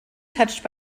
touched